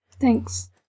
Thanks